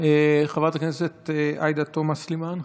חברת הכנסת עאידה תומא סלימאן,